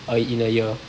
uh in a year